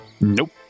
Nope